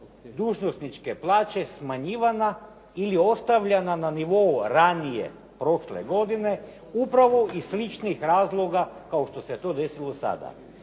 dužnosničke plaće smanjivana ili ostavljana na nivou ranije prošle godine upravo iz sličnih razloga kao što se to desilo sada.